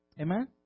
Amen